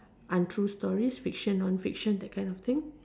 untrue stories fiction non fiction that kind of thing